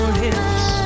hips